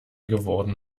geworden